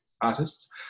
artists